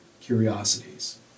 curiosities